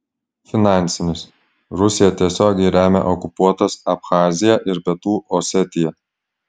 finansinis rusija tiesiogiai remia okupuotas abchaziją ir pietų osetiją